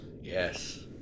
Yes